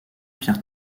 pierre